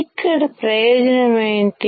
ఇక్కడ ప్రయోజనం ఏమిటి